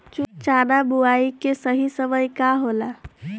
चना बुआई के सही समय का होला?